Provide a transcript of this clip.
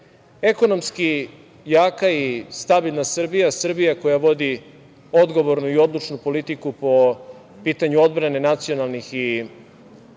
građana. Ekonomski jaka i stabilna Srbija, Srbija koja vodi odgovornu i odlučnu politiku po pitanju odbrane nacionalnih i